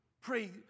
Pray